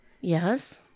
Yes